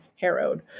harrowed